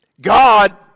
God